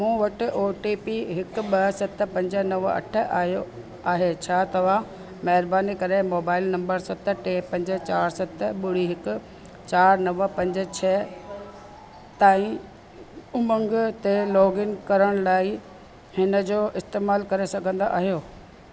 मूं वटि O T P हिकु ॿ सत पंज नव अठ आयो आहे छा तव्हां महिरबानी करे मोबाइल नंबर सत टे पंज चारि सत ॿुड़ी हिकु चारि नव पंज छह ताईं लाइ उमंग ते लॉगइन करण लाइ इन जो इस्तेमालु करे सघंदा आहियो